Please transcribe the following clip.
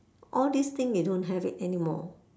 all these thing they don't have it anymore